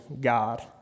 God